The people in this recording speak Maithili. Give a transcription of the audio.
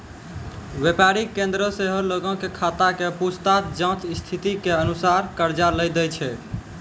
व्यापारिक केन्द्र सेहो लोगो के खाता के पूछताछ जांच स्थिति के अनुसार कर्जा लै दै छै